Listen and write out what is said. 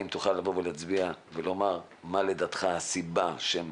האם תוכל להצביע ולומר מה לדעתך הסיבה שהם